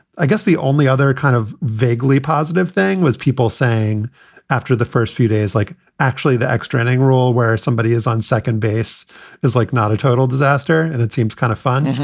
i guess the only other kind of vaguely positive thing was people saying after the first few days, like actually the x training rule where somebody is on second base is like not a total disaster. and it seems kind of fun.